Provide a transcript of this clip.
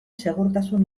segurtasun